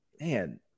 man